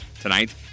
tonight